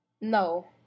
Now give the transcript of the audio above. no